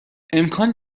امکان